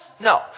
No